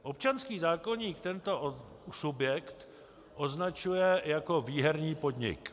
Občanský zákoník tento subjekt označuje jako výherní podnik.